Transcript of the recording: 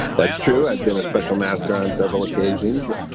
that's true. i've been a special master on several occasions